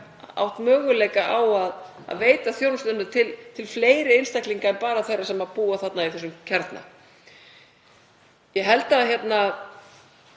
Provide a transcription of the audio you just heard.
átt möguleika á að veita þjónustuna til fleiri einstaklinga en bara þeirra sem búa í þessum kjarna. Ég held að við